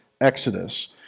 Exodus